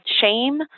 shame